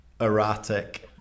erratic